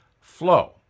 flow